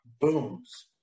booms